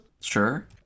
Sure